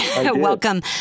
Welcome